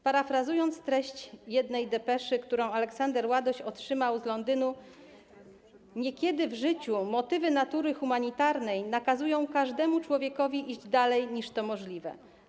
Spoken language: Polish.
Parafrazując treść jednej depeszy, którą Aleksander Ładoś otrzymał z Londynu: niekiedy w życiu motywy natury humanitarnej nakazują każdemu człowiekowi iść dalej, niż to możliwe.